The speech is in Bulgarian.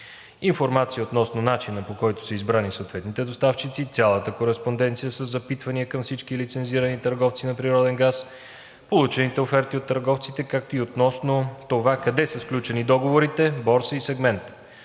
информация относно начина, по който са избрани съответните доставчици, цялата кореспонденция със запитвания към всички лицензирани търговци на природен газ, получените оферти от търговците, както и относно това къде са сключени договорите –борса и сегмент;